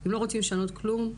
אתם לא רוצים לשנות כלום,